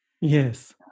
Yes